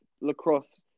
lacrosse